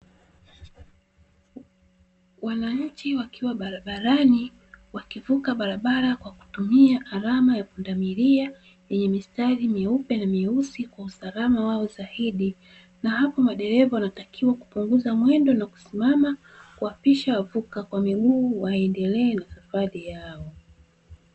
Wananchi wakiwa barabarani, wakivuka barabarani kwa kutumia alama ya pundamilia , yenye mistari mieupe na mieusi kwa usalama wao zaidi, na hapo madereva wanatakiwa kupunguza mwendo na kusimama kuwapisha wavuka kwa miguu waendelee na safari yao.